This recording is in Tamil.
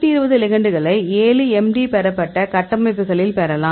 120 லிகெண்டுகளை 7 MD பெறப்பட்ட கட்டமைப்புகளில் காணலாம்